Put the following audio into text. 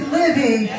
living